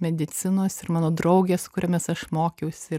medicinos ir mano draugės su kuriomis aš mokiausi ir